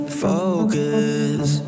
focus